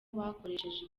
bakoresheje